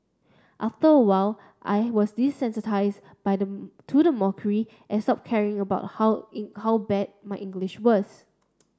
after a while I was desensitize by the to the mockery and stop caring about how how bad my English was